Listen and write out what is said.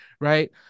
right